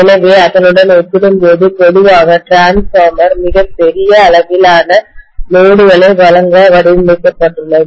எனவே அதனுடன் ஒப்பிடும்போது பொதுவாக டிரான்ஸ்பார்மர் மிகப் பெரிய அளவிலான லோடுகளை வழங்க வடிவமைக்கப்பட்டுள்ளது